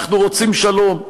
אנחנו רוצים שלום,